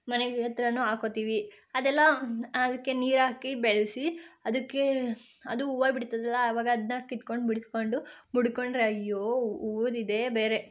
ಮನೆ ಹತ್ರನೂ ಹಾಕ್ಕೋತೀವಿ ಅದೆಲ್ಲ ಅದಕ್ಕೆ ನೀರು ಹಾಕಿ ಬೆಳೆಸಿ ಅದಕ್ಕೆ ಅದು ಹೂವ ಬಿಡ್ತದಲ್ಲ ಅವಾಗ ಅದನ್ನ ಕಿತ್ಕೊಂಡು ಬಿಡಿಸ್ಕೊಂಡು ಮುಡ್ಕೊಂಡರೆ ಅಯ್ಯೋ ಹೂವದ್ ಇದೇ ಬೇರೆ